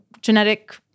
genetic